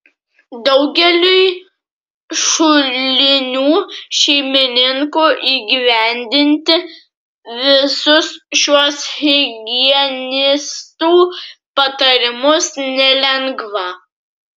daugeliui šulinių šeimininkų įgyvendinti visus šiuos higienistų patarimus nelengva